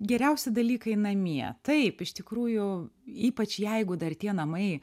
geriausi dalykai namie taip iš tikrųjų ypač jeigu dar tie namai